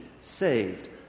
saved